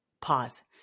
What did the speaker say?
pause